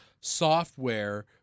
software